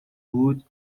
would